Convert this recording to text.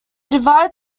divide